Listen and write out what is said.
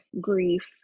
grief